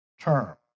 term